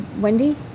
Wendy